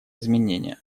изменения